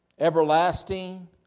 Everlasting